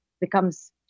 becomes